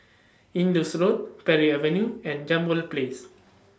Indus Road Parry Avenue and Jambol Place